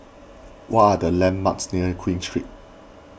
what are the landmarks near Queen Street